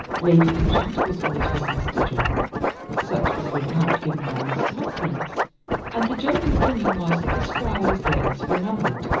lady ushant was always with mr. john such was the account given by mrs. hopkins and the general opinion was that the squire's days were numbered.